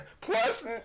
plus